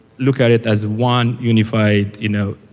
look at it as one unified you know